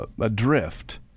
adrift